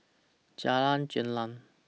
Jalan Gelam